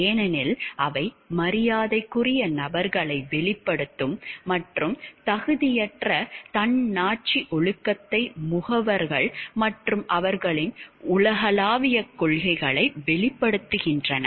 ஏனெனில் அவை மரியாதைக்குரிய நபர்களை வெளிப்படுத்தும் மற்றும் தகுதியற்ற தன்னாட்சி ஒழுக்கத்தை முகவர்கள் மற்றும் அவர்களின் உலகளாவிய கொள்கைகளை வெளிப்படுத்துகின்றன